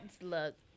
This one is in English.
look